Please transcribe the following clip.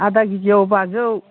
आदा किजियाव बाजौ